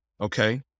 Okay